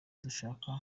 dushaka